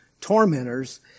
tormentors